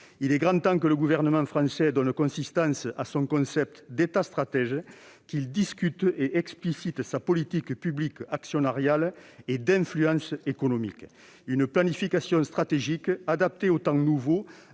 Il est grand temps que le gouvernement français donne une consistance à son concept d'« État stratège », qu'il discute et explicite sa politique actionnariale et sa politique publique d'influence économique. Une planification stratégique adaptée aux temps nouveaux